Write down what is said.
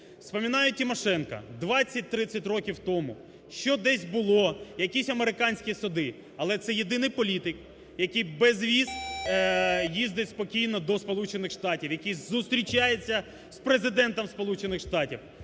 Вспоминають Тимошенко 20, 30 років тому, що десь було, якійсь американські суди. Але це єдиний політик, який без віз їздить спокійно до Сполучених штатів, який зустрічається з Президентом Сполучених штатів